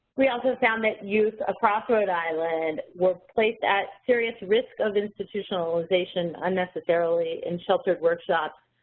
we also found that youth across rhode island were placed at serious risk of institutionalization unnecessarily in sheltered workshops,